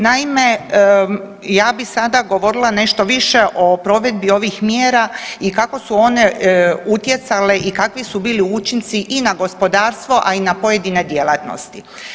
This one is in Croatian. Naime, ja bi sada govorila nešto više o provedbi ovih mjera i kako su one utjecale i kakvi su bili učinci i na gospodarstvo, a i na pojedine djelatnosti.